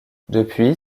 depuis